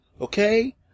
Okay